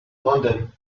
london